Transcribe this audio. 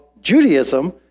Judaism